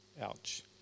Ouch